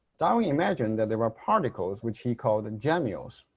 but ah he imagined that there were particles which he called and gemmules.